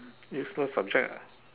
useless subject ah